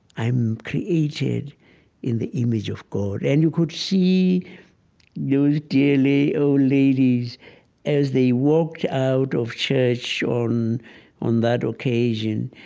i'm created in the image of god and you could see those dear old ladies as they walked out of church on on that occasion